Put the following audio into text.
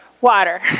Water